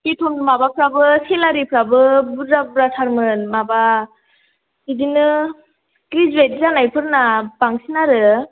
बेथ'न माबाफोराबो सेलारिफोराबो बुर्जा बुर्जा थारमोन माबा बिदिनो ग्रेजुएट जानाय फोरना बांसिन आरो